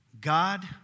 God